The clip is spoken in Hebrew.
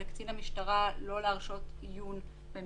שלקצין המשטרה תהיה אפשרות לא להרשות עיון להורה הזה.